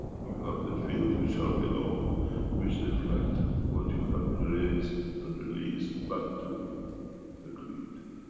you have the fields which are below which reflect what you have raised and released back to the creator.